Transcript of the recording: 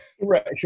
Right